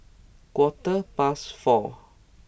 quarter past four